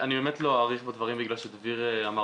אני לא אאריך בדברים מכיוון שדביר אמר